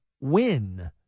win